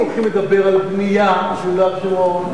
אם הולכים לדבר על בנייה ביהודה ושומרון,